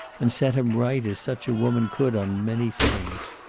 and set him right as such a woman could, on many things.